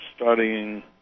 studying